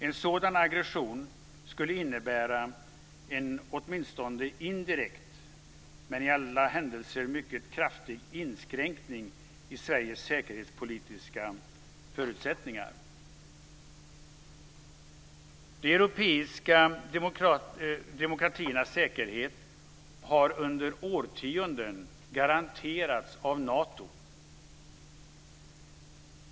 En sådan aggression skulle innebära en åtminstone indirekt men i alla händelser mycket kraftig inskränkning i Sveriges säkerhetspolitiska förutsättningar. De europeiska demokratiernas säkerhet har under årtionden garanterats av Nato.